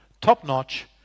top-notch